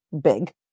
big